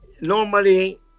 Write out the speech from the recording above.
Normally